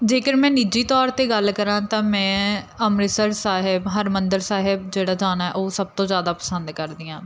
ਜੇਕਰ ਮੈਂ ਨਿੱਜੀ ਤੌਰ 'ਤੇ ਗੱਲ ਕਰਾਂ ਤਾਂ ਮੈਂ ਅੰਮ੍ਰਿਤਸਰ ਸਾਹਿਬ ਹਰਿਮੰਦਰ ਸਾਹਿਬ ਜਿਹੜਾ ਜਾਣਾ ਉਹ ਸਭ ਤੋਂ ਜ਼ਿਆਦਾ ਪਸੰਦ ਕਰਦੀ ਹਾਂ